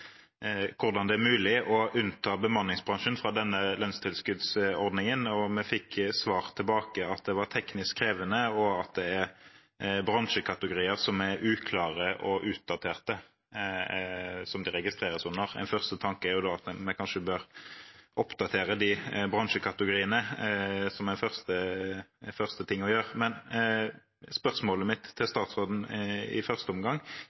hvordan det er mulig å unnta bemanningsbransjen fra denne lønnstilskuddsordningen, og vi fikk svar tilbake om at det var teknisk krevende, og at det er bransjekategorier som er uklare og utdaterte, som det registreres under. Min første tanke er da at en kanskje bør oppdatere de bransjekategoriene, som en første ting å gjøre. Men spørsmålet mitt til statsråden i første omgang